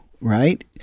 right